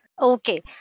Okay